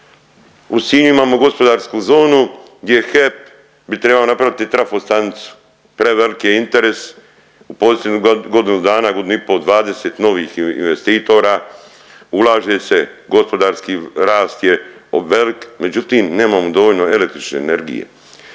u Sinju imamo gospodarsku zonu gdje HEP bi trebao napraviti trafo stanicu. Preveliki je interes u posljednjih godinu dana, godinu i pol, 20 novih investitora, ulaže se, gospodarski raste je velik međutim nemamo dovoljno električne energije,